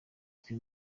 twe